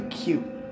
cute